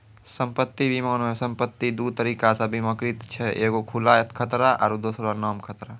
सम्पति बीमा मे सम्पति दु तरिका से बीमाकृत छै एगो खुला खतरा आरु दोसरो नाम खतरा